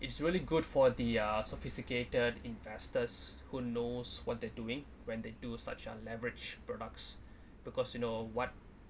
it's really good for the ah sophisticated investors who knows what they're doing when they do such a leverage products because you know what